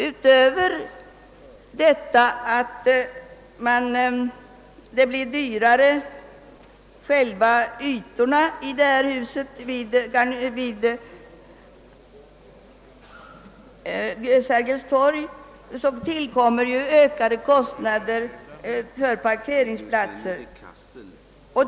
Utöver det förhållandet att ytorna i huset vid Sergels torg blir dyrare tillkommer ökade kostnader för parkeringsplatser.